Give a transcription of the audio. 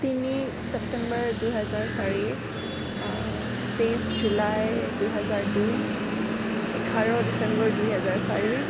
তিনি চেপ্তেম্বৰ দুই হাজাৰ চাৰি তেইছ জুলাই দুই হাজাৰ দুই বাৰ ডিচেম্বৰ দুই হাজাৰ চাৰি